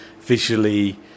visually